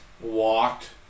walked